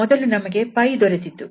ಮೊದಲು ನಮಗೆ 𝜋 ನನಗೆ ದೊರೆತಿತ್ತು